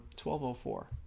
twelve ah four